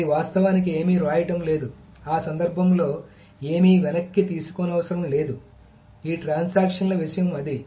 కాబట్టి ఇది వాస్తవానికి ఏమీ వ్రాయడం లేదు ఆ సందర్భంలో ఏమీ వెనక్కి తీసుకోనవసరం లేదు ఈ ట్రాన్సాక్షన్ ల విషయం అది